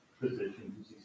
position